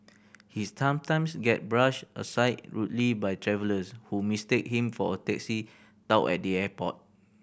his sometimes get brushed aside rudely by travellers who mistake him for a taxi tout at the airport